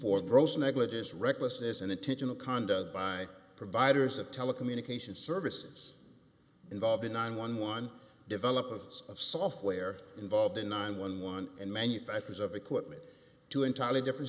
for gross negligence recklessness and intentional conduct by providers of telecommunications services involved in nine one one developments of software involved in nine one one and manufactures of equipment two entirely different